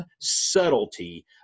subtlety